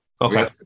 Okay